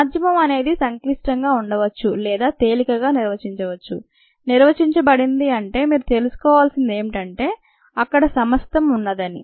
మాధ్యమం అనేది సంక్లిష్టంగా ఉండవచ్చు లేదా తేలికగా నిర్వచించవచ్చు నిర్వచించబడింది అంటే మీరు తెలుసుకోవాల్సిందేంటంటే అక్కడ సమస్తం ఉన్నదని